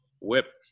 whip